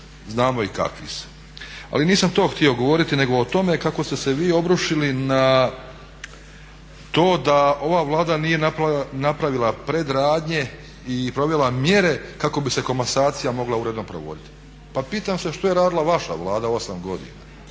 Znamo i kakvi su. Ali nisam to htio govoriti, nego o tome kako ste se vi obrušili na to da ova Vlada nije napravila predradnje i provela mjere kako bi se komasacija mogla uredno provoditi. Pa pitam se što je radila vaša Vlada 8 godina.